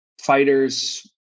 fighters